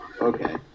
Okay